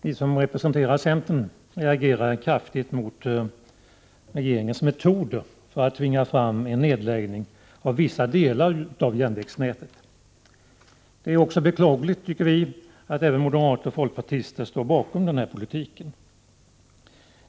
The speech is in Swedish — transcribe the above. Herr talman! Vi som representerar centern reagerar kraftigt mot regeringens metoder för att tvinga fram en omfattande nedläggning av vissa delar av järnvägsnätet. Det är beklagligt, tycker vi, att även moderater och folkpartister står bakom denna politik.